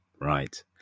Right